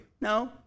No